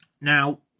Now